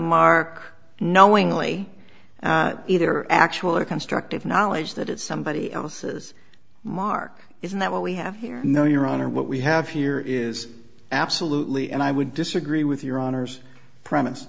mark knowingly either actual or constructive knowledge that it's somebody else's mark isn't that what we have here no your honor what we have here is absolutely and i would disagree with your honor's